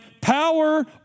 power